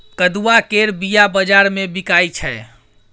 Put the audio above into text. कदुआ केर बीया बजार मे बिकाइ छै